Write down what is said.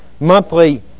monthly